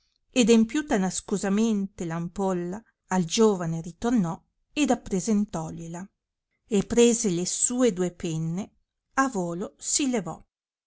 ed empiuta nascosamente l'ampolla al giovane ritornò ed appresentogliela e prese le sue due penne a volo si levò